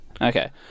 Okay